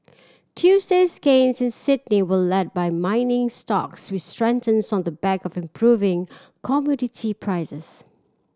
Tuesday's gains in Sydney were led by mining stocks which strengthens on the back of improving commodity prices